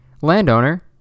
landowner